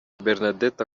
bernadette